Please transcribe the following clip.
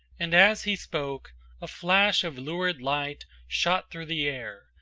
and as he spoke a flash of lurid light shot through the air,